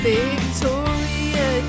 Victoria